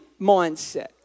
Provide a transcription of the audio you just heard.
mindset